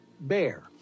bear